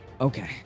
Okay